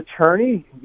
attorney